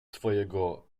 twojego